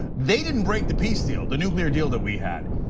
they didn't break the peace deal, the nuclear deal that we had.